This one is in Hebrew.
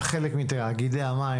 חלק מתאגידי המים,